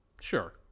Sure